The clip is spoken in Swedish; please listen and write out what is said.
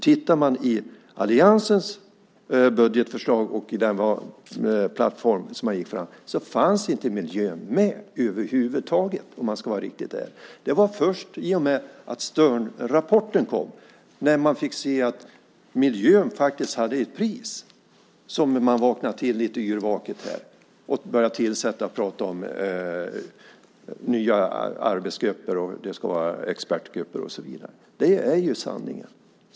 Tittar man på alliansens budgetförslag och valplattform som man gick fram med så fanns miljön inte med över huvud taget om man ska vara riktigt ärlig. Det var först i och med att Sternrapporten kom och man fick se att miljön faktiskt hade ett pris som man vaknade till lite grann och började tala om att tillsätta nya arbetsgrupper, expertgrupper och så vidare. Det är ju sanningen.